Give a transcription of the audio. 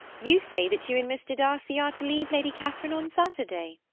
you say that you and mr. darcy are to leave lady catherine on saturday.